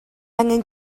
angan